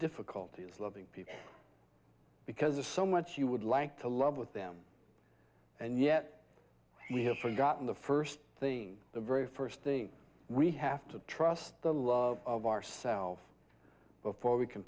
difficulty of loving people because so much you would like to love with them and yet we have forgotten the first thing the very first thing we have to trust the love of ourself before we can